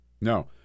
No